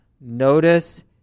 notice